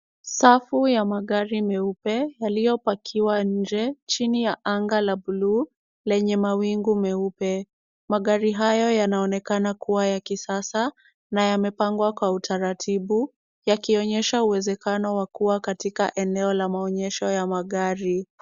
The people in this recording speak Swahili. Safu ya magari meupe yaliyopakiwa nje chini ya anga la blue lenye mawingu meupe. Magari hayo yanaonekana kuwa ya kisasa na yamepangwa kwa utaratibu yakionyesha uwezekano wa kuwa katika eneo la maonyesho ya magari.